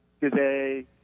today